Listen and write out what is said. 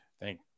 Thank